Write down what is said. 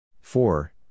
four